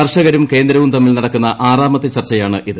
കർഷകരും കേന്ദ്രവും തമ്മിൽ നടക്കുന്ന ആറാമത്തെ ചർച്ചയാണിത്